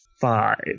five